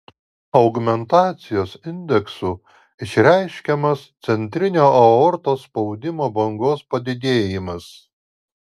augmentacijos indeksu išreiškiamas centrinio aortos spaudimo bangos padidėjimas